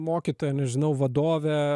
mokytoja nežinau vadove